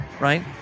right